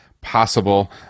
possible